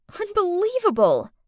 unbelievable